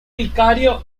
vicario